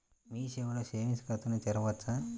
మీ సేవలో సేవింగ్స్ ఖాతాను తెరవవచ్చా?